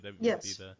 yes